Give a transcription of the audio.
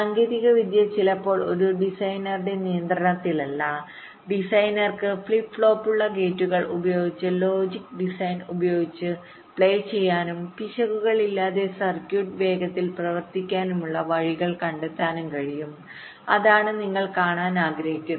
സാങ്കേതികവിദ്യ ചിലപ്പോൾ ഒരു ഡിസൈനറുടെ നിയന്ത്രണത്തിലല്ല ഡിസൈനർക്ക് ഫ്ലിപ്പ് ഫ്ലോപ്പുകളുള്ള ഗേറ്റുകൾ ഉപയോഗിച്ച് ലോജിക് ഡിസൈൻ ഉപയോഗിച്ച് പ്ലേ ചെയ്യാനും പിശകുകളില്ലാതെ സർക്യൂട്ട് വേഗത്തിൽ പ്രവർത്തിപ്പിക്കാനുള്ള വഴികൾ കണ്ടെത്താനും കഴിയും അതാണ് നിങ്ങൾ കാണാൻ ആഗ്രഹിക്കുന്നത്